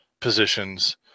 positions